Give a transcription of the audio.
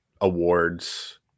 awards